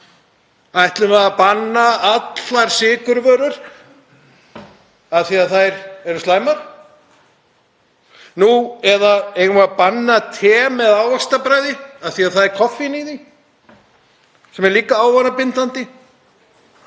Ætlum við að banna allar sykurvörur af því að þær eru slæmar? Eða eigum við að banna te með ávaxtabragði af því það er koffín í því sem er líka ávanabindandi?